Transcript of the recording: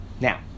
Now